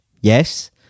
Yes